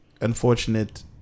unfortunate